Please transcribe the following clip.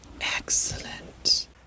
Excellent